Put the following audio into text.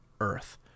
earth